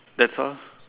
that's all